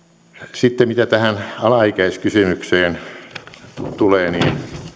sitten mitä tähän alaikäiskysymykseen tulee niin